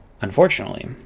unfortunately